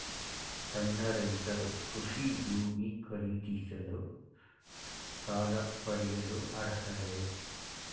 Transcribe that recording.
ಸಣ್ಣ ರೈತರು ಕೃಷಿ ಭೂಮಿ ಖರೀದಿಸಲು ಸಾಲ ಪಡೆಯಲು ಅರ್ಹರೇ?